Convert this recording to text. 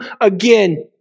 again